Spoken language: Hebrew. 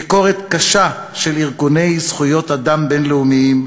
ביקורת קשה של ארגוני זכויות אדם בין-לאומיים,